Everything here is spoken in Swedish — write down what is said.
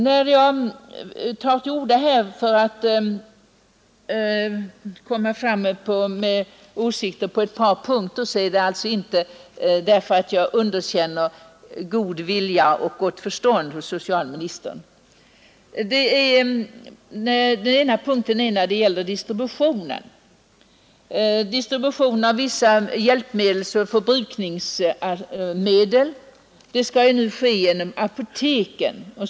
När jag tar till orda här för att framföra åsikter på ett par punkter, gör jag det alltså inte därför att jag skulle frånkänna socialministern god vilja och gott förstånd i de nu framlagda förslagen. Den första punkten gäller distributionen av vissa hjälpmedel och förbrukningsmateriel. Den skall nu ske genom apoteken.